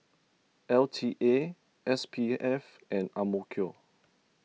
L T A S P F and Ang Mo Kio